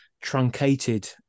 truncated